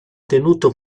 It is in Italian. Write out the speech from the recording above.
tenuto